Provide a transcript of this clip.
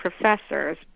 professors